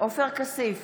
עופר כסיף,